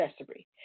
accessory